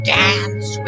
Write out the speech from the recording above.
dance